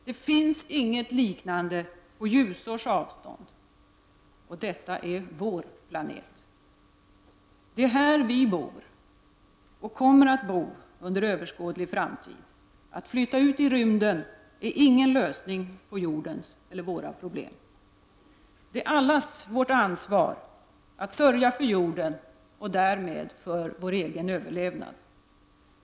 Det finns inget liknande på ljusårs avstånd, och detta är vår planet. Det är här vi bor och kommer att bo under överskådlig framtid. Att flytta ut i rymden är ingen lösning på jordens problem. Det är allas vårt ansvar att sörja för jorden och därmed för vår egen överlevnad.